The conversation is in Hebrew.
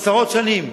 עשרות שנים.